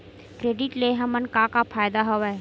Credit ले हमन का का फ़ायदा हवय?